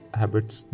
habits